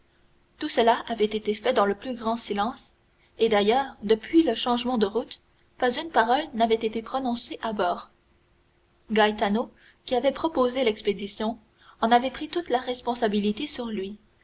tout cela avait été fait dans le plus grand silence et d'ailleurs depuis le changement de route pas une parole n'avait été prononcée à bord gaetano qui avait proposé l'expédition en avait pris toute la responsabilité sur lui